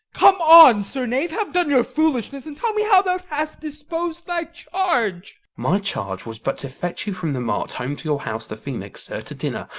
come on, sir knave, have done your foolishness, and tell me how thou hast dispos'd thy charge my charge was but to fetch you from the mart home to your house, the phoenix, sir, to dinner.